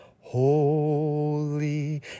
holy